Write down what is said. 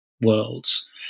worlds